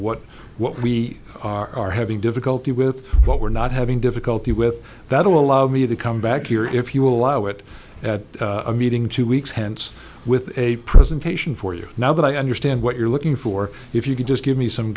what what we are having difficulty with what we're not having difficulty with that will allow me to come back here if you allow it at a meeting two weeks hence with a presentation for you now that i understand what you're looking for if you can just give me some